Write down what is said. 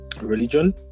religion